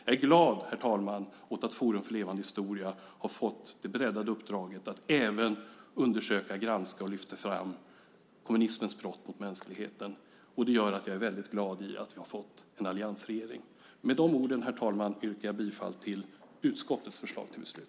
Jag är glad åt, herr talman, att Forum för levande historia har fått det breddade uppdraget att även undersöka, granska och lyfta fram kommunismens brott mot mänskligheten. Det gör att jag är väldigt glad åt att ha fått en alliansregering. Med de orden, herr talman, yrkar jag bifall till utskottets förslag till beslut.